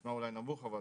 נשמע אולי נמוך, אבל